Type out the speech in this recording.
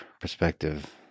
perspective